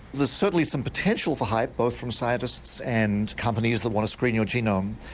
there's certainly some potential for hype both from scientists and companies that want to screen your genome.